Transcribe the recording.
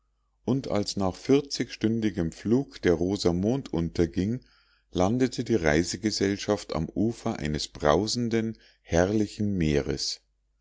und als nach vierzigstündigem flug der rosa mond unterging landete die reisegesellschaft am ufer eines brausenden herrlichen meeres